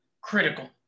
critical